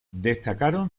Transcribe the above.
destacaron